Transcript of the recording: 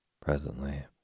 Presently